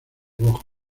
rojos